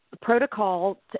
protocol